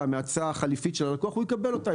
מההצעה החליפית של הלקוח הוא יקבל אותה.